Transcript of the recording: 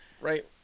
Right